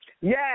Yes